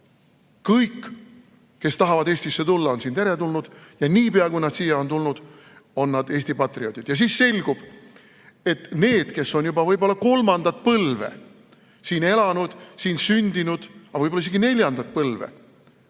Kõik, kes tahavad Eestisse tulla, on siin teretulnud ja niipea, kui nad siia on tulnud, on nad Eesti patrioodid. Ja siis selgub, et need, kes on võib-olla juba kolmandat põlve siin elanud, siin sündinud, aga võib-olla isegi neljandat põlve,